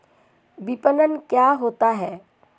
विपणन क्या होता है?